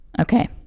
Okay